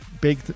big